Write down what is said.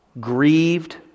grieved